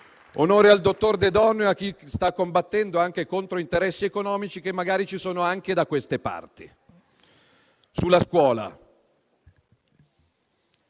Onore al dottor De Donno e a chi sta combattendo anche contro interessi economici che magari ci sono anche da queste parti. Quanto alla scuola,